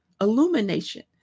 illumination